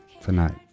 Tonight